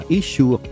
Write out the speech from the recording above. issue